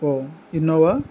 ఓ Innova